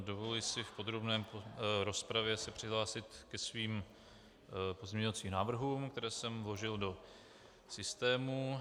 Dovoluji si v podrobné rozpravě se přihlásit ke svým pozměňovacím návrhům, které jsem vložil do systému.